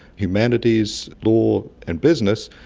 humanities, law and business,